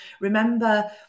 remember